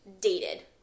dated